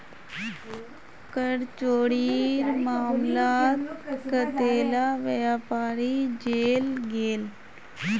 कर चोरीर मामलात कतेला व्यापारी जेल गेल